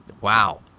wow